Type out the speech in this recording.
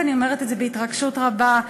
אני אומרת את זה בהתרגשות רבה,